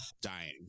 Dying